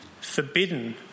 forbidden